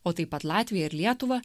o taip pat latvija ir lietuva